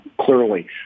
clearly